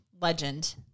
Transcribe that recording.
legend